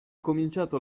cominciato